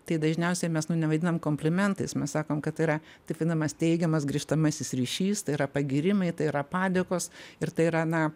tai dažniausiai mes nu nevaidinam komplimentais mes sakom kad yra taip vinamas teigiamas grįžtamasis ryšys tai yra pagyrimai tai yra padėkos ir tai yra na